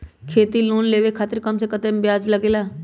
खेती लोन खातीर कम से कम कतेक ब्याज लगेला?